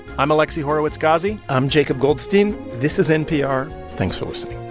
i'm alexi horowitz-ghazi i'm jacob goldstein. this is npr. thanks for listening